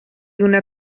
una